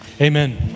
Amen